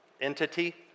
entity